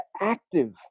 active